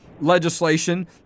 legislation